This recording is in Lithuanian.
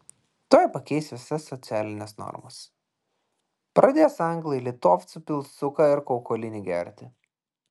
tuoj pakeis visas socialines normas pradės anglai litovcų pilstuką ir kaukolinį gerti